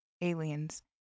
aliens